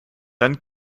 dann